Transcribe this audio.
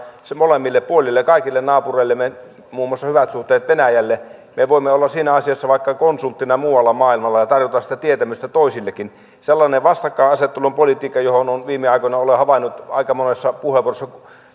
ne molemmille puolille kaikille naapureillemme hyvät suhteet muun muassa venäjälle me voimme olla siinä asiassa vaikka konsulttina muualla maailmalla ja tarjota sitä tietämystä toisillekin sellaisen vastakkainasettelun politiikan linjalle jota olen viime aikoina havainnut aika monessa puheenvuorossa